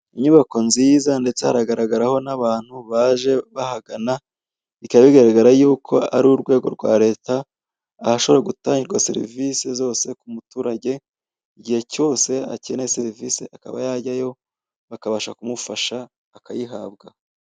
Ku kigo nderabuzima, ahatangirwa serivisi z'ubuvuzi ku baturage. Hari abantu bahagaze mu madirishya, barimo baravugana n'abaganga barimo imbere.